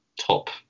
top